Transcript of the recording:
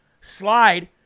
slide